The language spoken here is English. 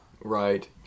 Right